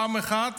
פעם אחת